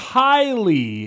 highly